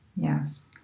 yes